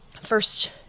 first